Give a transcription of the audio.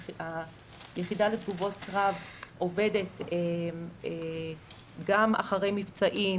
היחידה לתגובות קרב עובדת גם אחרי מבצעים